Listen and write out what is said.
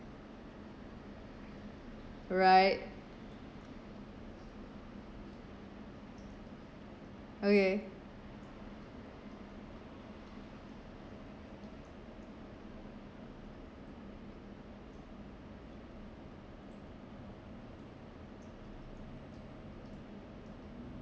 right okay